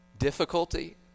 Difficulty